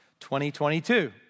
2022